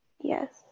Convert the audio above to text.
yes